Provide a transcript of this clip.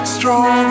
Strong